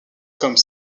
comme